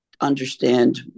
understand